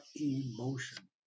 emotion